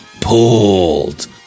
pulled